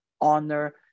honor